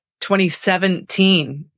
2017